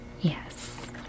Yes